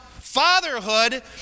fatherhood